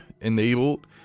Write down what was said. enabled